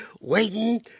Waiting